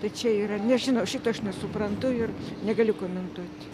tai čia yra nežinau šito aš nesuprantu ir negaliu komentuoti